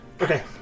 Okay